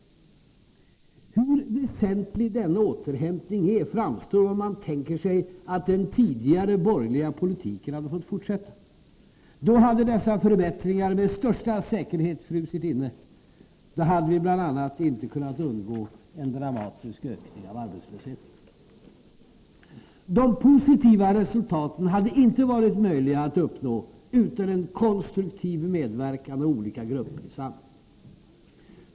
Hur väsentlig denna återhämtning är framstår tydligt om man tänker sig att den tidigare borgerliga politiken hade fått fortsätta. Då hade dessa förbättringar med största säkerhet frusit inne. Då hade vi bl.a. inte kunnat undgå en dramatisk ökning av arbetslösheten. De positiva resultaten hade inte varit möjliga att uppnå utan en konstruktiv medverkan av olika grupper i samhället.